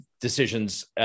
decisions